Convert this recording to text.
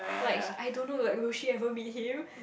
like I don't know like will she ever meet him